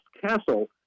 Castle